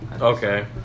Okay